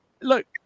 look